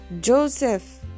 Joseph